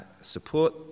support